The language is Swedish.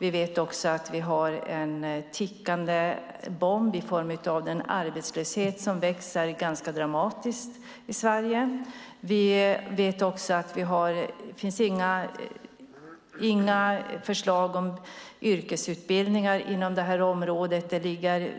Vi vet också att vi har en tickande bomb i form av den arbetslöshet som växer ganska dramatiskt i Sverige. Vi vet även att det inte finns några förslag om yrkesutbildningar inom detta område; det föreligger